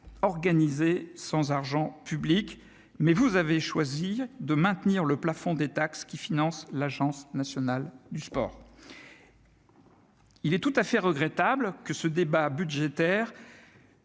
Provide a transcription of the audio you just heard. organisés sans argent public, mais vous avez choisi de maintenir le plafond des taxes qui financent l'Agence nationale du sport. Il est tout à fait regrettable que ce débat budgétaire